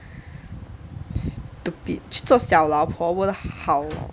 stupid 做小老婆不是好